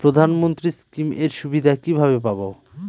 প্রধানমন্ত্রী স্কীম এর সুবিধা কিভাবে পাবো?